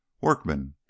workmen